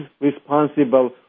responsible